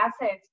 assets